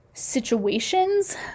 situations